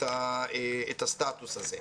את הסטטוס הזה.